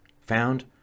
found